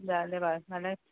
जालें